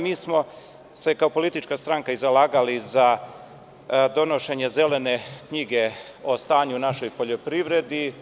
Mi smo se kao politička stranka i zalagali za donošenje zelene knjige o stanju u našoj poljoprivredi.